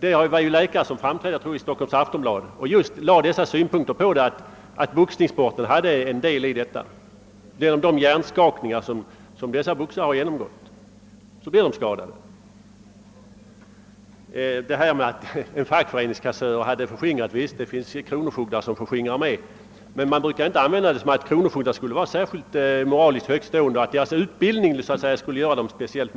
det gör boxning. En läkare som framträdde i Aftonbladet — jag tror det var den tidningen — anförde just synpunkten att boxningen hade en del av ansvaret härvidlag på grund av de hjärnskakningar som dessa boxare åsamkas. Det framhölls att en fackföreningskassör hade förskingrat; det finns väl också kronofogdar som gör det. Man brukar emellertid inte anse att kronofogdar är särskilt moraliskt högtstående och att deras utbildning skulle vara orsaken härtill.